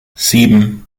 sieben